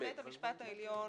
הלכת בית המשפט העליון